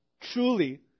truly